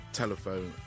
telephone